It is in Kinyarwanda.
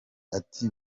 ati